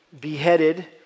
beheaded